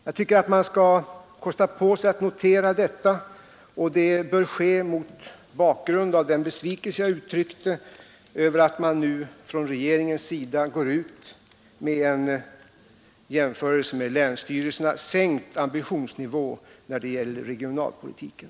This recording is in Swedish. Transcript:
Jag tycker att man skall kosta på sig att notera detta, och det bör göras mot bakgrunden av den besvikelse som jag uttryckte över att man nu från regeringens sida går ut med en i jämförelse med länsstyrelserna sänkt ambitionsnivå när det gäller regionalpolitiken.